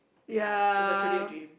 ya it's a truly a dream